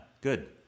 good